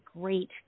great